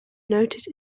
noted